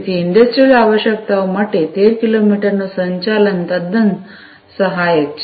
તેથી ઇંડસ્ટ્રિયલઆવશ્યકતાઓ માટે 13 કિલોમીટરનું સંચાલન તદ્દન સહાયક છે